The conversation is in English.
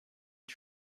you